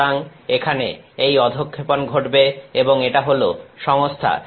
সুতরাং এখানে এই অধঃক্ষেপণ ঘটবে এবং এটা হল সংস্থা